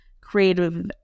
creative